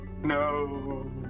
no